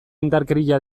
indarkeria